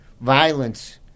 violence